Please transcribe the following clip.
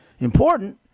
important